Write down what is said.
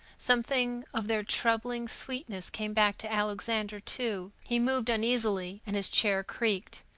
something of their troubling sweetness came back to alexander, too. he moved uneasily and his chair creaked.